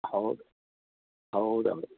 ಹೌದು ಹೌದೌದು